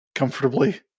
Comfortably